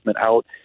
out